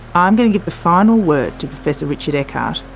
i'm going to give the final word to professor richard eckard,